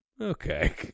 okay